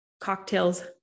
cocktails